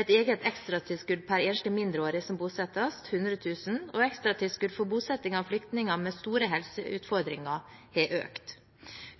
et eget ekstratilskudd per enslig mindreårig som bosettes, 100 000 kr., og ekstratilskuddet for bosetting av flyktninger med store helseutfordringer er økt.